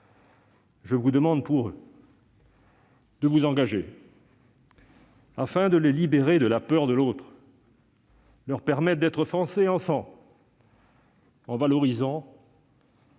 Je vous demande, pour eux, de vous engager afin de les libérer de la peur de l'autre, afin de leur permettre d'être français ensemble, en valorisant